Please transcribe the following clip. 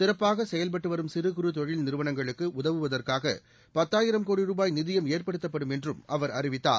சிறப்பாக செயல்பட்டு வரும் சிறு குறு தொழில் நிறுவனங்களுக்கு உதவிடுவதற்காக பத்தாயிரம் கோடி ரூபாய் நிதியம் ஏற்படுத்தப்படும் என்றும் அவர் அறிவித்தார்